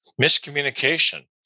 miscommunication